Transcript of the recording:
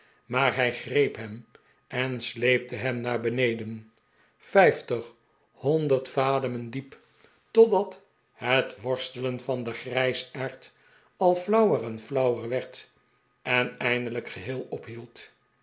maar hij greep hem en sleepte hem naar beneden vijftig honderd vademen diep totdat het worstelen van den grijsaard al fiauwer en flauwer werd en eindelijk geheel ophield